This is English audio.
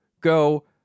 go